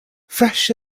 fresh